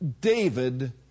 David